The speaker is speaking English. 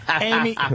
Amy